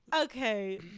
Okay